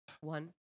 One